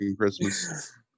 Christmas